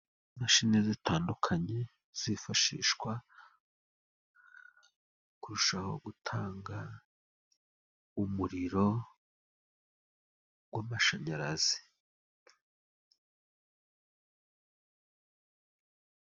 Imashini zitandukanye zifashishwa kurushaho gutanga umuriro w'amashanyarazi.